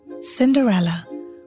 Cinderella